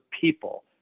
people